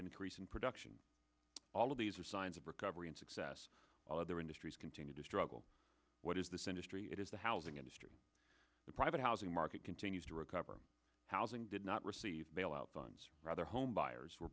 increasing production all of these are signs of recovery and success while other industries continue to struggle what is this industry it is the housing industry the private housing market continues to recover housing did not receive bailout funds or other homebuyers were